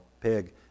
pig